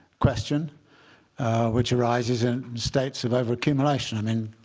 question which arises in states of overaccumulation. i mean